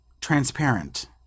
transparent